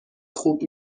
خوب